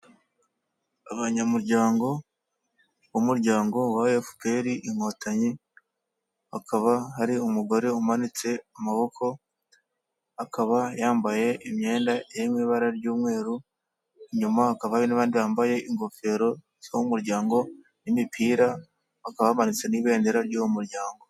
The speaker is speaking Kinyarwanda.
Abanyamuryango b'umuryango wa efuperi inkotanyi hakaba hari umugore umanitse amaboko akaba yambaye imyenda iri mu ibara ry'umweru, inyuma hakaba hari n'abandi bambaye ingofero z'umuryango n'imipira bakaba bamanitse n'ibendera ry'uwo muryango.